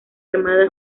armada